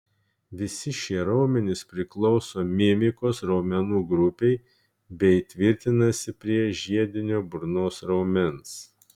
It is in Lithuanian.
visi šie raumenys priklauso mimikos raumenų grupei bei tvirtinasi prie žiedinio burnos raumens